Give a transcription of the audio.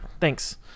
Thanks